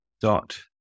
dot